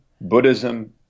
Buddhism